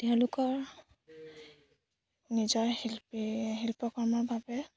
তেওঁলোকৰ নিজৰ শিল্পী শিল্পকৰ্মৰ বাবে